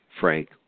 Frank